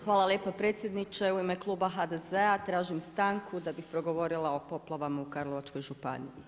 Hvala lijepo predsjedniče, u ime Kluba HDZ-a tražim stanku da bi progovorila o poplavama u Karlovačkoj županiji.